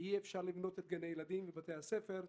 אי-אפשר לבנות את גני הילדים ובתי הספר.